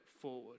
forward